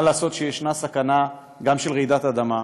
מה לעשות שיש סכנה גם של רעידת אדמה,